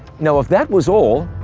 now, if that was all,